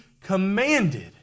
commanded